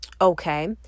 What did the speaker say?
okay